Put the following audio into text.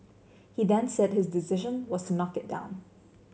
he then said his decision was to knock it down